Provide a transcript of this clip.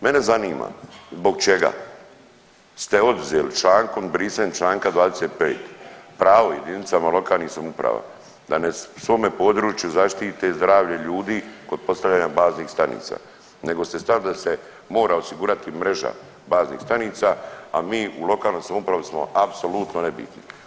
Mene zanima zbog čega ste oduzeli člankom, brisanjem Članka 25. pravo jedinicama lokalnih samouprava da na svome području zaštite zdravlje ljudi kod postavljanja baznih stanica nego ste stavili da se mora osigurati mreža baznih stanica, a mi u lokalnoj samoupravi smo apsolutno nebitni.